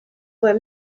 were